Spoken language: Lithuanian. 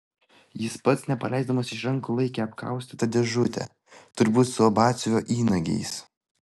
jis pats nepaleisdamas iš rankų laikė apkaustytą dėžutę turbūt su batsiuvio įnagiais